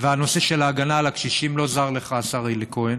הנושא של ההגנה על הקשישים לא זר לך, השר אלי כהן,